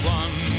one